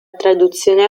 traduzione